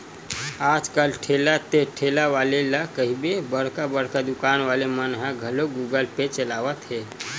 आज कल ठेला ते ठेला वाले ला कहिबे बड़का बड़का दुकान वाले मन ह घलोक गुगल पे चलावत हे